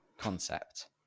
concept